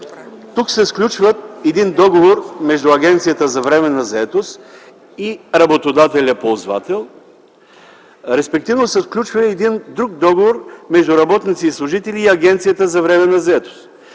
тук се сключва един договор между Агенцията за временна заетост и работодателя – ползвател, респективно се сключва един друг договор между работници и служители и Агенцията за временна заетост.